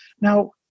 now